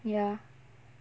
ya